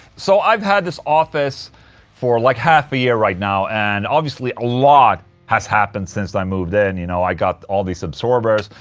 so, i've had this office for like half a year right now and obviously a lot has happened since i moved in and you know, i got all these absorbers,